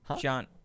John